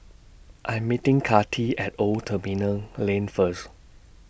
I'm meeting Kathi At Old Terminal Lane First